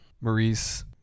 Maurice